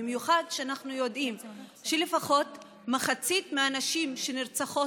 במיוחד כשאנחנו יודעים שלפחות מחצית הנשים שנרצחות